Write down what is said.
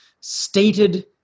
stated